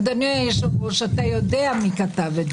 אדוני היושב-ראש, אתה יודע מי כתב את זה.